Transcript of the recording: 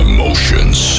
Emotions